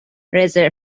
رزرو